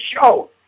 show